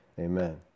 Amen